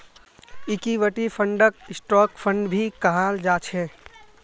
equity फंडक stock fund भी कहाल जा छे